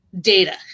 data